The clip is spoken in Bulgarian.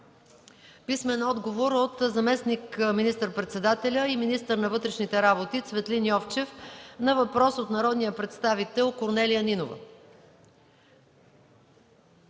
и Иван Вълков; - заместник министър-председателя и министър на вътрешните работи Цветлин Йовчев на въпрос от народния представител Корления Нинова;